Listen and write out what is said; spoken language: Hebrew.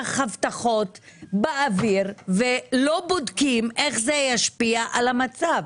הבטחות באוויר ולא בודקים איך זה ישפיע על המצב.